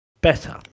better